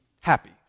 happy